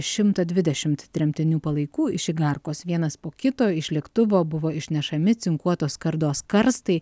šimtą dvidešimt tremtinių palaikų iš igarkos vienas po kito iš lėktuvo buvo išnešami cinkuotos skardos karstai